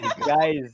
Guys